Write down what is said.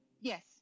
Yes